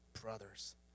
brothers